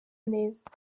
neza